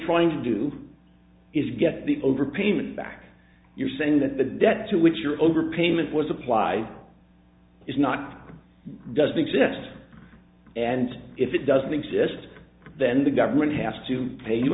trying to do is get the overpayment back you're saying that the debt to which your overpayment was applied is not doesn't exist and if it doesn't exist then the government has to pay you